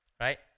right